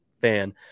fan